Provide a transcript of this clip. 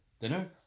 Dinner